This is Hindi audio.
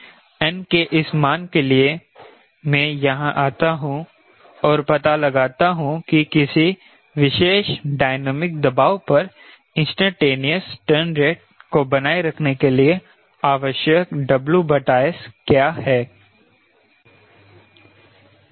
n के इस मान के लिए मैं यहां आता हूं और पता लगाता हूं कि किसी विशेष डायनामिक दबाव पर इंस्टैंटेनियस टर्न रेट को बनाए रखने के लिए आवश्यक WS क्या है